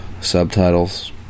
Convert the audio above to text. subtitles